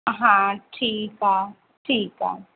हा ठीकु आहे ठीकु आहे